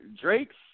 drakes